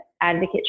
advocate